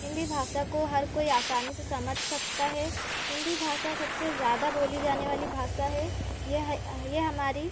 हिन्दी भाषा को हर कोई आसानी से समझ सकता है हिन्दी भाषा सबसे ज़्यादा बोली जाने वाली भाषा है यह यह हमारी